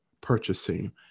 purchasing